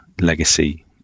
legacy